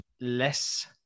less